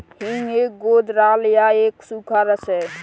हींग एक गोंद राल या एक सूखा रस है